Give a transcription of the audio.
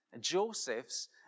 Joseph's